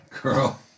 girl